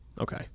Okay